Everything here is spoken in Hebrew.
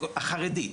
החרדית,